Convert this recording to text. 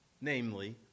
namely